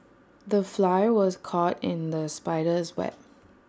the fly was caught in the spider's web